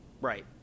right